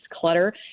clutter